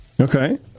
Okay